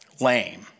lame